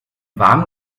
warmen